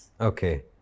Okay